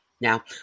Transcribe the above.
Now